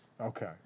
Okay